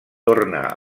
torna